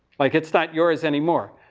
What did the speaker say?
like it's not yours anymore.